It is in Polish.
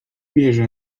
wierzę